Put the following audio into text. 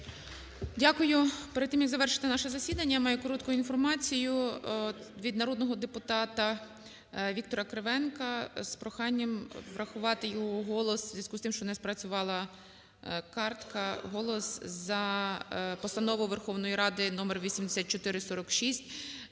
Дякую. Перед тим, як завершити наше засідання, маю коротку інформацію від народного депутата Віктора Кривенка з проханням врахувати його голос у зв'язку з тим, що